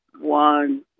one